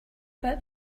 about